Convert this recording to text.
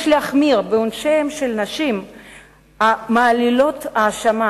יש להחמיר בעונשיהן של נשים המעלילות אשמה